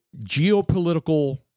geopolitical